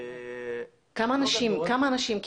כמה אנשים?